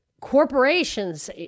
corporations